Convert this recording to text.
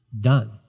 Done